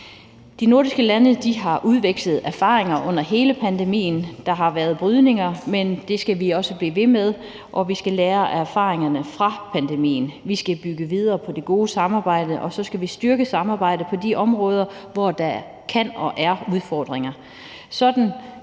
De nordiske lande har udvekslet erfaringer under hele pandemien. Der har været brydninger, men det skal vi blive ved med, og vi skal lære af erfaringerne fra pandemien. Vi skal bygge videre på det gode samarbejde, og så skal vi styrke samarbejdet på de områder, hvor der kan være og er udfordringer.